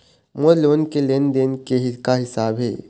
मोर loan के लेन देन के का हिसाब हे?